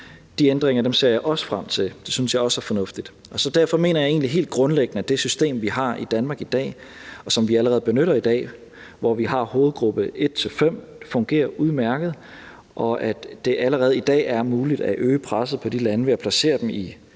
De ændringer ser jeg også frem til – det synes jeg også er fornuftigt. Derfor mener jeg egentlig helt grundlæggende, at det system, vi har i Danmark i dag, og som vi allerede benytter i dag, hvor vi har hovedgruppe 1-5, fungerer udmærket, og at det allerede i dag er muligt at øge presset på de lande ved at placere dem i